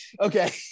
Okay